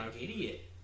idiot